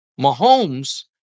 Mahomes